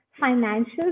financial